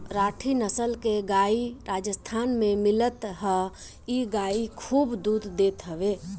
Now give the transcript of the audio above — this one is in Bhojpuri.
राठी नसल के गाई राजस्थान में मिलत हअ इ गाई खूब दूध देत हवे